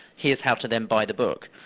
here's how to then buy the book.